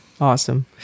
Awesome